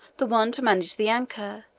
the one to manage the anchor,